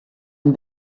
ein